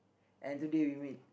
and today we meet